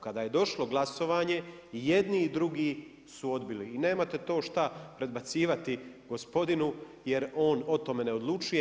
Kada je došlo glasovanje, jedni i drugi su odbili i nemate to šta predbacivati gospodinu jer on o tome ne odlučuje.